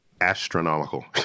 Astronomical